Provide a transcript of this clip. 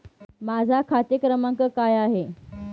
माझा खाते क्रमांक काय आहे?